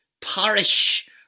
parish